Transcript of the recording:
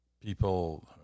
People